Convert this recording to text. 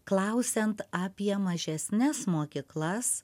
klausiant apie mažesnes mokyklas